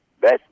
Best